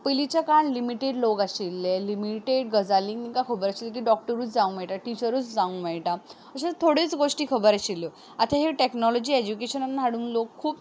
पयलींच्या काळान लिमीटेड लोक आशिल्ले लिमीटेड गजाली तेंकां खबर आशिल्ल्यो की डॉक्टरूच जावंक मेळटा टिचरूच जावंक मेयटा अश्यो थोड्योच गोश्टी खबर आशिल्ल्यो आतां ह्यो टॅक्नोलॉजी एज्युकेशनान हाडून लोक खूब